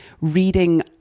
reading